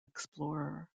explorer